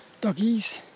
doggies